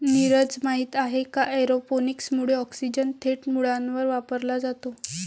नीरज, माहित आहे का एरोपोनिक्स मुळे ऑक्सिजन थेट मुळांवर वापरला जातो